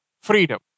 freedom